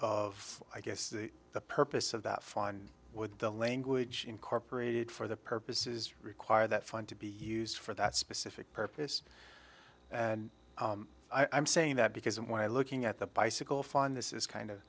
of i guess the purpose of that fine with the language incorporated for the purposes require that fund to be used for that specific purpose and i'm saying that because when i looking at the bicycle fund this is kind of